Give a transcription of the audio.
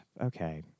Okay